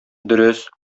дөрес